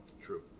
True